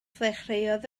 ddechreuodd